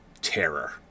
terror